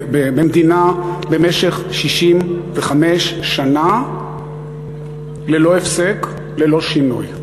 במדינה במשך 65 שנה ללא הפסק, ללא שינוי?